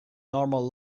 normal